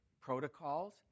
protocols